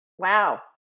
Wow